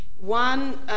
One